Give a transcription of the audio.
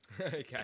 Okay